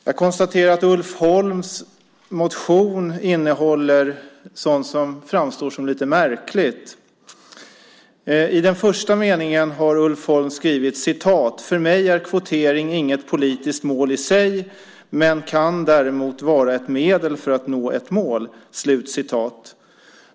Jag konstaterar att Ulf Holms motion innehåller sådant som framstår som lite märkligt. I den första meningen har Ulf Holm skrivit: "För mig är kvotering inget politiskt mål i sig men kan däremot vara ett medel för att nå ett mål."